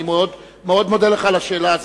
אני מאוד מודה לך על השאלה הזאת.